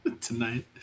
Tonight